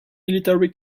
military